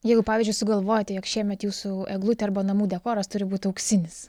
jeigu pavyzdžiui sugalvojote jog šiemet jūsų eglutė arba namų dekoras turi būt auksinis